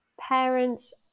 parents